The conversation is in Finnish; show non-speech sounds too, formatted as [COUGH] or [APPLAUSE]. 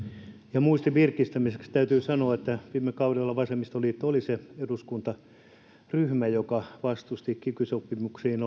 ihan muistin virkistämiseksi täytyy sanoa että viime kaudella vasemmistoliitto oli se eduskuntaryhmä joka vastusti kiky sopimuksiin [UNINTELLIGIBLE]